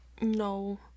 No